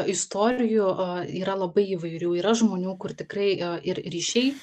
istorijų yra labai įvairių yra žmonių kur tikrai ir ryšiai